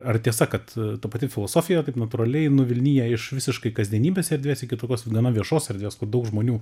ar tiesa kad ta pati filosofija taip natūraliai nuvilnija iš visiškai kasdienybės erdvės iki tokios n gana viešos erdvės kur daug žmonių